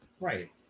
Right